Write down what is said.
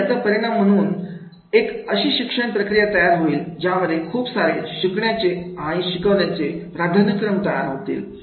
आणि याचा परिणाम म्हणून एक अशी शिक्षण प्रक्रिया तयार होईल ज्यामध्ये खूप सारे शिकवण्याचे आणि शिकण्याचे प्राधान्यक्रम तयार होतील